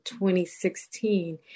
2016